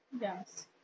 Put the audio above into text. yes